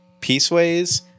Peaceways